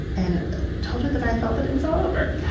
and told her that i felt that it was all over.